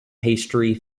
pastry